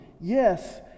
Yes